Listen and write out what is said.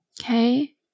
Okay